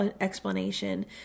explanation